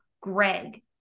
Greg